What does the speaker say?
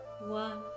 One